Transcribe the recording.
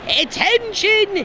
Attention